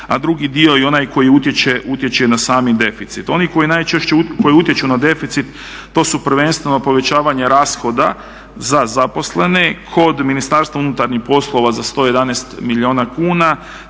a drugi dio i onaj koji utječe na sami deficit. Oni koji utječu na deficit to su prvenstveno povećavanje rashoda za zaposlene, kod Ministarstva unutarnjih poslova za 111 milijuna kuna